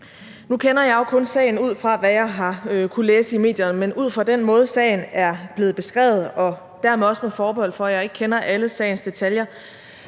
Nu kender jeg jo kun sagen ud fra, hvad jeg har kunnet læse i medierne, men ud fra den måde, sagen er blevet beskrevet på, og dermed også med forbehold for, at jeg ikke kender alle sagens detaljer,